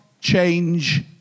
change